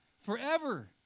forever